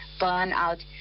burnout